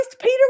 Peter